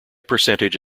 percentage